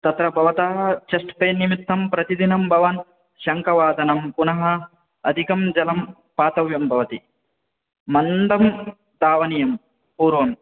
तत्र भवतः chest pain निमित्तं प्रतिदिनं भवान् शङ्कवादनं पुनः अधिकं जलं पातव्यं भवति मन्दं धावनीयं पूर्वम्